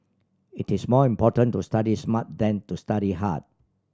it is more important to study smart than to study hard